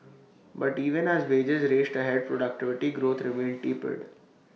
but even as wages raced ahead productivity growth remained tepid